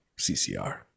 CCR